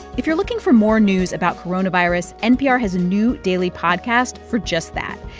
if you're looking for more news about coronavirus, npr has a new daily podcast for just that.